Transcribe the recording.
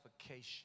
suffocation